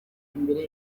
imbere